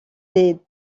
des